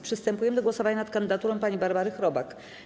Przystępujemy do głosowania nad kandydaturą pani Barbary Chrobak.